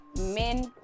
men